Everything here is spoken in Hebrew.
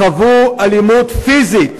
חוו אלימות פיזית